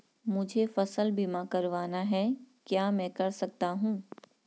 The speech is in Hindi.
मुझे फसल बीमा करवाना है क्या मैं कर सकता हूँ?